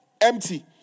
empty